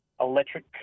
electric